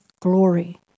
glory